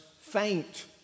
faint